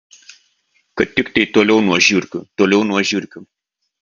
kad tiktai toliau nuo žiurkių toliau nuo žiurkių